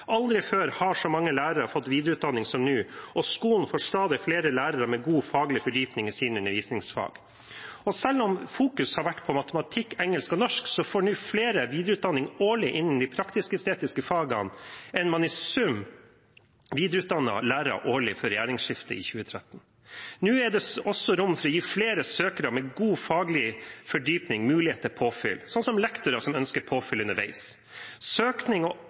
Aldri før har så mange lærere fått videreutdanning som nå, og skolen får stadig flere lærere med god faglig fordypning i sine undervisningsfag. Selv om det er matematikk, engelsk og norsk som har vært i fokus, får nå flere videreutdanning årlig innen de praktisk-estetiske fagene enn man i sum videreutdannet lærere årlig før regjeringsskiftet i 2013. Nå er det også rom for å gi flere søkere med god faglig fordypning mulighet til påfyll, slik som lektorer som ønsker påfyll underveis. Søkning og